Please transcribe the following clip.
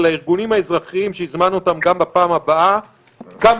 לארגונים האזרחיים שהזמנו גם בפעם הקודמת.